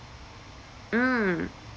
mm